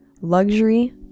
luxury